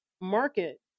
market